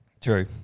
True